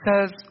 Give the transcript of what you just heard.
says